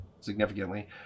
significantly